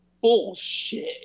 Bullshit